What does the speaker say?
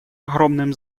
огромным